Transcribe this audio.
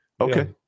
Okay